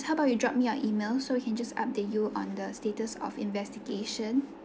how about you drop me your email so we can just update you on the status of investigation